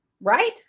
right